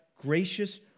gracious